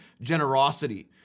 generosity